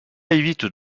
évite